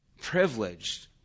privileged